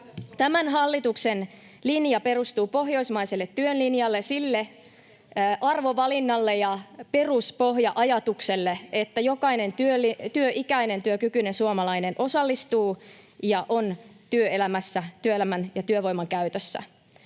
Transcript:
Tämän hallituksen linja perustuu pohjoismaiselle työn linjalle, sille arvovalinnalle ja peruspohja-ajatukselle, [Niina Malm: Rusinat pullasta ‑ajattelulle!] että jokainen työ-ikäinen ja työkykyinen suomalainen osallistuu ja on työelämässä työelämän ja työvoiman käytössä.